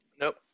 nope